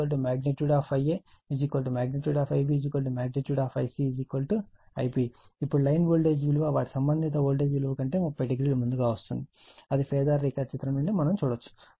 ఇప్పుడు line voltage విలువ వాటి సంబంధిత ఫేజ్ వోల్టేజ్ విలువ కంటే 30o ముందుగా వస్తుంది అది ఫేజార్ రేఖాచిత్రం నుండి మనం చూడవచ్చు